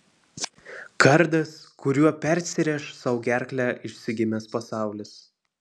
kardas kuriuo persirėš sau gerklę išsigimęs pasaulis